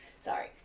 Sorry